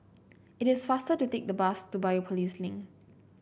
it is faster to take the bus to Biopolis Link